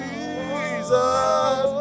Jesus